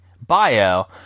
bio